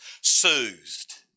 soothed